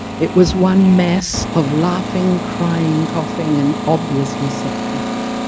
it was one mass of laughing, crying, coughing and obviously sick people.